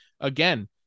again